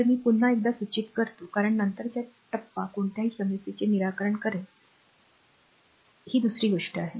तर मी पुन्हा एकदा सूचित करतो कारण नंतरचा टप्पा कोणत्याही समस्येचे निराकरण करेल ही दुसरी गोष्ट आहे